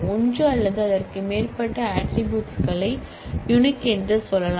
ஒன்று அல்லது அதற்கு மேற்பட்ட ஆட்ரிபூட்ஸ் களை யுனிக் என்று சொல்லலாம்